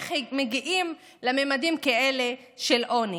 ואיך מגיעים לממדים כאלה של עוני.